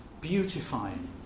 beautifying